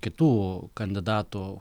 kitų kandidatų